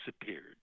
disappeared